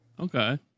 Okay